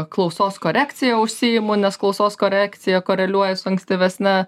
klausos korekcija užsiimu nes klausos korekcija koreliuoja su ankstyvesne